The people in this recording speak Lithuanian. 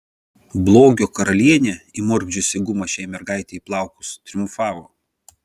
blogio karalienė įmurkdžiusi gumą šiai mergaitei į plaukus triumfavo